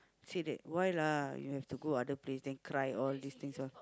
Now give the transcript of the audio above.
say that why lah you have to go other place and cry all this things all